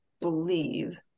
believe